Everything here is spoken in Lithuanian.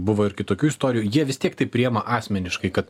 buvo ir kitokių istorijų jie vis tiek tai priema asmeniškai kad